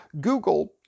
Google